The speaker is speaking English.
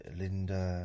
linda